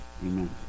amen